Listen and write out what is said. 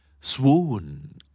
Swoon